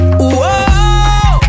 Whoa